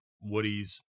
Woody's